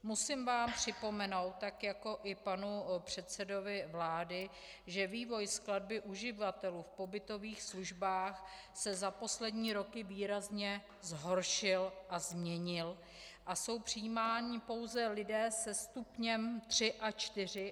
Musím vám připomenout tak jako i panu předsedovi vlády, že vývoj skladby uživatelů v pobytových službách se za poslední roky výrazně zhoršil a změnil a jsou přijímáni pouze lidé se stupněm 3 a 4.